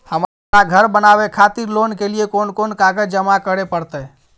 हमरा धर बनावे खातिर लोन के लिए कोन कौन कागज जमा करे परतै?